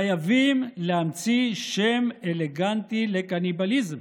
חייבים להמציא שם אלגנטי לקניבליזם,